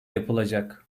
yapılacak